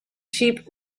sheep